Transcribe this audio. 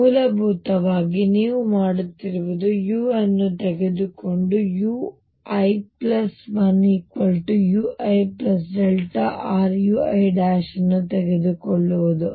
ಆದ್ದರಿಂದ ಮೂಲಭೂತವಾಗಿ ನೀವು ಮಾಡುತ್ತಿರುವುದು u ಅನ್ನು ತೆಗೆದುಕೊಂಡು ui1uirui ಅನ್ನು ತೆಗೆದುಕೊಳ್ಳುವುದು